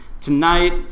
tonight